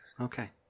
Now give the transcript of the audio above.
Okay